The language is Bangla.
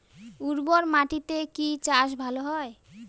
উর্বর মাটিতে কি চাষ ভালো হয়?